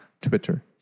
Twitter